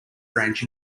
branch